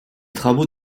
travaux